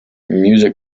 music